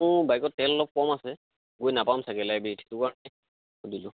মোৰ বাইকত তেল অলপ কম আছে গৈ নাপাম চাগে লাইব্ৰেৰীত সেইটো কাৰণে সুধিলোঁ